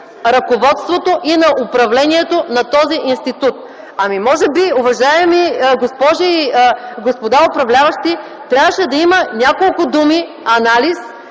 ръководството и на управлението на този институт. Може би, уважаеми госпожи и господа управляващи, трябваше да има няколко думи анализ